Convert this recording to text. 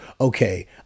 okay